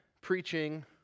preaching